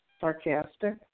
sarcastic